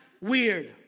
weird